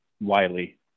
Wiley